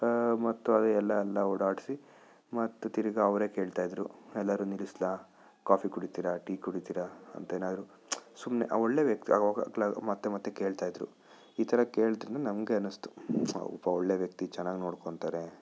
ಮತ್ತು ಅದೇ ಎಲ್ಲ ಎಲ್ಲ ಓಡಾಡಿಸಿ ಮತ್ತು ತಿರ್ಗ ಅವರೇ ಕೇಳ್ತಾಯಿದ್ದರು ಎಲ್ಲರೂ ನಿಲ್ಲಿಸ್ಲಾ ಕಾಫಿ ಕುಡಿತೀರಾ ಟೀ ಕುಡಿತೀರಾ ಅಂತೇನಾದರೂ ಸುಮ್ಮನೆ ಒಳ್ಳೆ ವ್ಯಕ್ತಿ ಮತ್ತೆ ಮತ್ತೆ ಕೇಳ್ತಾಯಿದ್ದರು ಈ ಥರ ಕೇಳಿದ್ರಿಂದ ನಮಗೆ ಅನ್ನಿಸ್ತು ಪಾಪ ಒಳ್ಳೆ ವ್ಯಕ್ತಿ ಚೆನ್ನಾಗಿ ನೋಡ್ಕೊಳ್ತಾರೆ